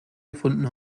gefunden